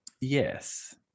yes